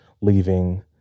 leaving